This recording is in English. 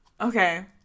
Okay